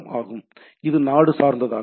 எனவே இது நாடு சார்ந்ததாகும்